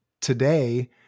Today